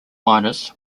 minors